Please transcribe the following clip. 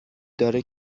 داره